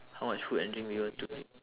how much food and drink you want to bring